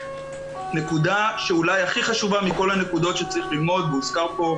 הנקודה הכי חשובה מכל הנקודות שצריך ללמוד,